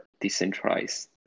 decentralized